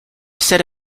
set